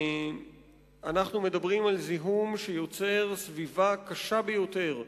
אנחנו מדברים על זיהום שיוצר סביבה קשה ביותר,